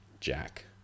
jack